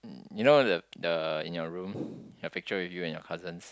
you know the the in your room your picture with you and your cousins